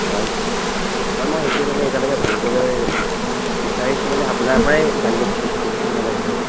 হয় হয় মই সেইটোৱেই মানে এতিয়ালৈকে ভাবিবলৈ বিচাৰিছোঁ মানে আপোনাৰ পৰাই জানিব বিচাৰিছোঁ কোনখন ল'লে ভাল হ'ব